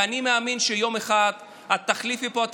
ואני מאמין שיום אחד את תחליפי פה את